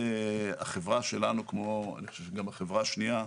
החברה שלנו ואני חושב שכמו החברה השנייה,